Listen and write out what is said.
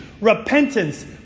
repentance